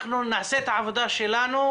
אנחנו נעשה את העבודה שלנו,